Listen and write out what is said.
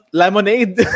lemonade